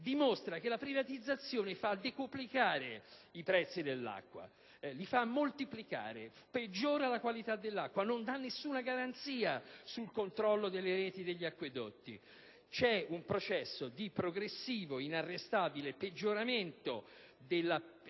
fatto che la privatizzazione fa decuplicare i prezzi dell'acqua, li fa moltiplicare, peggiorando la qualità dell'acqua e senza dare alcuna garanzia sul controllo delle reti degli acquedotti. C'è un processo di progressivo, inarrestabile peggioramento della